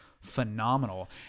phenomenal